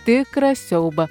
tikrą siaubą